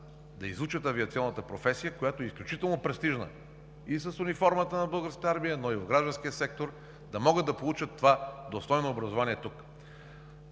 да изучат авиационната професия, която е изключително престижна и с униформата на Българската армия, и в гражданския сектор, да могат тук да получат това достойно образование.